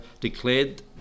declared